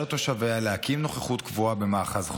לתושביה להקים נוכחות קבועה במאחז חומש,